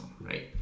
right